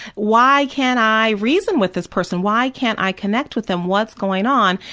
why can't i reason with this person? why can't i connect with them? what's going on?